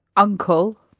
Uncle